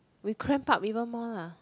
we cramp up even more lah